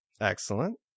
Excellent